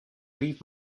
leave